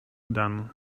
dan